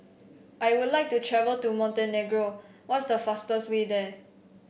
I would like to travel to Montenegro what is the fastest way there